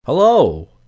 Hello